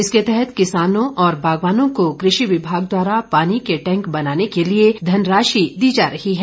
इसके तहत किसानों व बागवानों को कृषि विमाग द्वारा पानी के टैंक बनाने के लिए धनराशि दी जा रही है